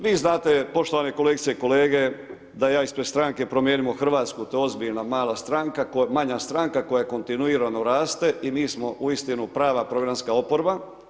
Vi znate poštovane kolegice i kolege, da ja ispred Stranke Promijenimo Hrvatsku, to je ozbiljna mala stranka, manja stranka koja kontinuirano raste i mi smo uistinu prava programska oporba.